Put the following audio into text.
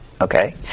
Okay